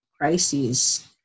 crises